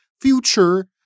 future